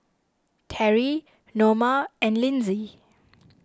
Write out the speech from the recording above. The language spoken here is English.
Terry Noma and Lindsey